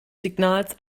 signals